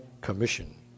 commission